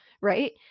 right